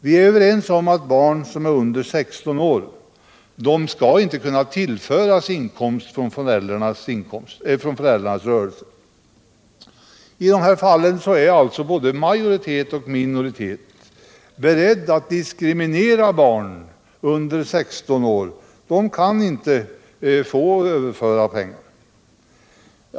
Vi är överens om att barn som är under 16 år inte skall kunna tillföras inkomst från föräldras rörelse. I dessa fall är både majoriteten och minoriteten beredda att diskriminera barn under 16 år. De kan inte få tillföras inkomst.